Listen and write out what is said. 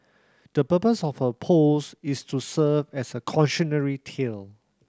the purpose of her post is to serve as a cautionary tale